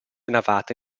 navata